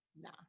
nah